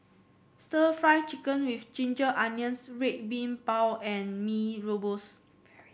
stir Fry Chicken with Ginger Onions Red Bean Bao and Mee Rebus